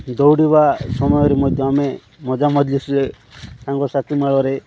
ଦୌଡ଼ିବା ସମୟରେ ମଧ୍ୟ ଆମେ ମଜା ମଜ୍ଲିସ୍ରେ ସାଙ୍ଗ ସାଥି ମେଳରେ